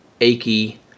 achy